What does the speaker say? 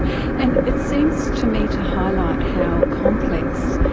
and it seems to me to highlight how complex,